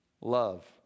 Love